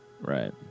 Right